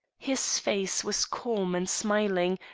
his face was calm and smiling,